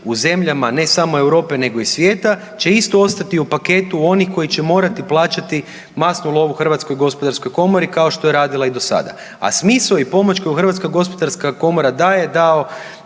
u zemljama ne samo Europe nego i svijeta će isto ostati u paketu onih koji će morati plaćati masnu lovu HGK kao što je i radila do sada. A smisao i pomoć koju HGK daje je dao